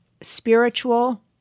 spiritual